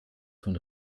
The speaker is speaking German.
von